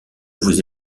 vous